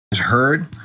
heard